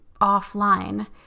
offline